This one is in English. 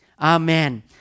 Amen